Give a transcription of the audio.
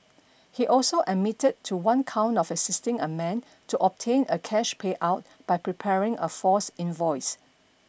he also admitted to one count of assisting a man to obtain a cash payout by preparing a false invoice